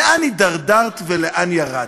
לאן התדרדרת ולאן ירדת.